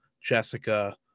jessica